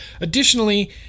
additionally